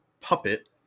puppet